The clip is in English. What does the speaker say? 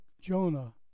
Jonah